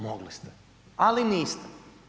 Mogli ste, ali niste.